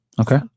Okay